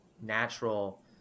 natural